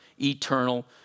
eternal